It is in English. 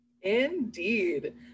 Indeed